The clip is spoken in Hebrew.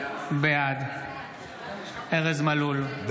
בעד ארז מלול,